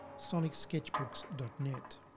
sonicsketchbooks.net